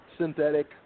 synthetic